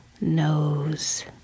knows